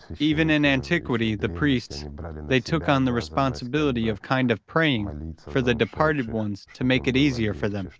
even in antiquity, the priests but i mean they took on the responsibility of kind of praying for the departed ones to make it easier for them,